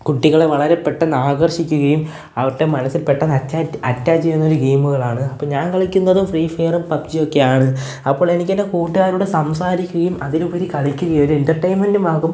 കുട്ടികളെ വളരെ പെട്ടെന്ന് ആകർഷിക്കുകയും അവരുടെ മനസ്സിൽ പെട്ടെന്ന് അറ്റാച്ച് ചെയ്യുന്നൊരു ഗെയിമുകളാണ് അപ്പം ഞാൻ കളിക്കുന്നത് ഫ്രീ ഫയറും പബ്ജിയൊക്കെയാണ് അപ്പോൾ എനിക്കെൻ്റെ കൂട്ടുകാരോട് സംസാരിക്കുകയും അതിലുപരി കളിക്കുകയും ഒരു എൻ്റർടേയ്ൻമെന്റും ആകും